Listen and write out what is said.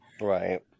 right